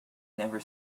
never